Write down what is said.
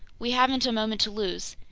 we haven't a moment to lose.